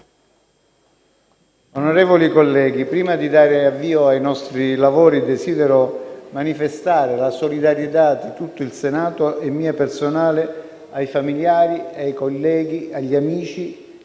Onorevoli colleghi, prima di dare avvio ai nostri lavori, desidero manifestare la solidarietà di tutto il Senato e mia personale ai familiari, ai colleghi, agli amici